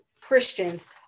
Christians